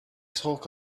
talk